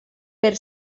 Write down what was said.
per